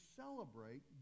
celebrate